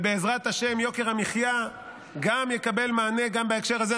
בעזרת השם, יוקר המחיה יקבל מענה גם בהקשר הזה.